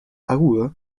aguda